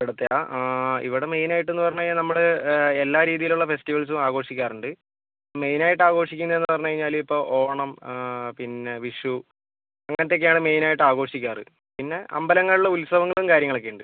ഇവിടുത്തെയോ ഇവിടെ മെയിൻ ആയിട്ടെന്ന് പറഞ്ഞു കഴിഞ്ഞാൽ നമ്മുടെ എല്ലാ രീതിയിലുള്ള ഫെസ്റ്റിവെൽസും ആഘോഷിക്കാറുണ്ട് മെയിനായിട്ട് ആഘോഷിക്കുന്നതെന്ന് പറഞ്ഞുകഴിഞ്ഞാൽ ഇപ്പോൾ ഓണം പിന്നെ വിഷു അങ്ങനത്തെയൊക്കെയാണ് മെയിനായിട്ട് ആഘോഷിക്കാറ് പിന്നെ അമ്പലങ്ങളിൽ ഉത്സവങ്ങളും കാര്യങ്ങളൊക്കെ ഉണ്ട്